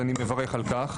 אני מברך על זה.